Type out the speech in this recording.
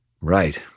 Right